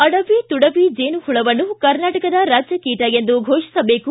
ಅಡವಿ ತುಡವಿ ಜೇನು ಹುಳವನ್ನು ಕರ್ನಾಟಕದ ರಾಜ್ಯ ಕೀಟ ಎಂದು ಘೋಷಿಸಬೇಕು